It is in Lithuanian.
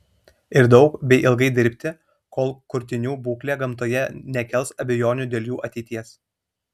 ir daug bei ilgai dirbti kol kurtinių būklė gamtoje nekels abejonių dėl jų ateities